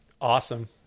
Awesome